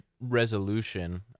resolution